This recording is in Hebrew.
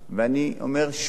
ואני אומר שוב: